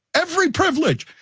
every privilege.